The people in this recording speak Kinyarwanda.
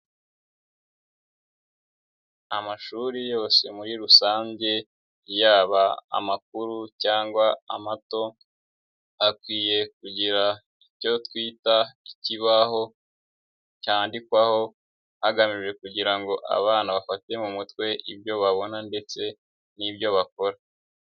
Amashuri yose muri rusange, yaba amakuru cyangwa amato, akwiye kugira icyo twita ikibaho cyandikwaho, hagamijwe kugira ngo abana bafate mu mutwe ibyo babona ndetse n'ibyo bakora.